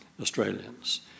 Australians